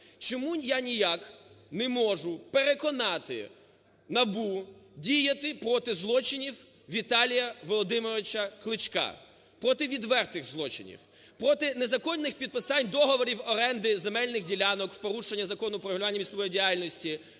Чому я ніяк не можу переконати НАБУ діяти проти злочинів Віталія Володимировича Кличка, проти відвертих злочинів? Проти незаконних підписань договорів оренди земельних ділянок в порушення Закону "Про регулювання містобудівної діяльності".